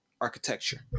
architecture